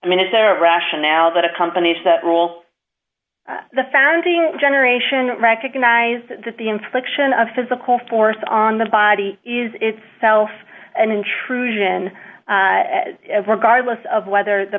i mean is there a rationale that accompanies that rule the founding generation recognized that the infliction of physical force on the body is itself an intrusion regardless of whether the